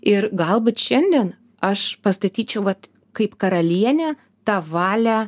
ir galbūt šiandien aš pastatyčiau vat kaip karalienė tą valią